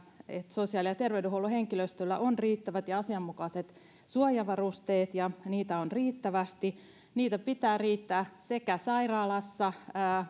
sosiaali ja terveydenhuollon henkilöstöllä on riittävät ja asianmukaiset suojavarusteet ja niitä on riittävästi niitä pitää riittää sairaalassa